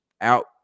out